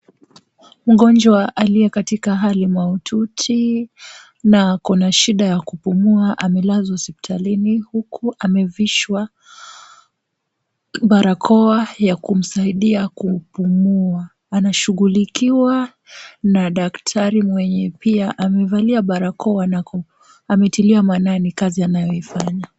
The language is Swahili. Mgonjwa aliye katika hali mahututi na akona shida ya kupumua amelazwa hospitalini huku amevishwa barakoa ya kumsaidia kupumua. Anashughulikiwa na daktari mwenye pia amevalia barakoa na ametilia maanani kazi anayoifanya.